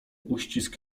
uścisk